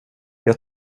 jag